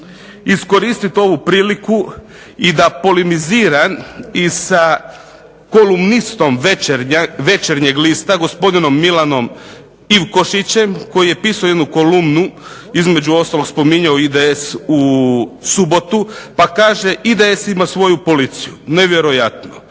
iskoristit ovu priliku i da polimiziram i sa kolumnistom Večernjeg lista gospodinom Milanom Ivkošićem koji je pisao jednu kolumnu. Između ostalog spominjao IDS u subotu, pa kaže IDS ima svoju policiju. Nevjerojatno!